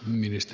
puhemies